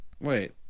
Wait